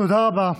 תודה רבה,